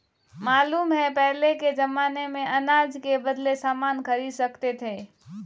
मालूम है पहले के जमाने में अनाज के बदले सामान खरीद सकते थे